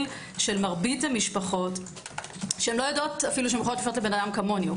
של מרבית המשפחות שלא יודעות שיכולות לפנות לאדם כמוני.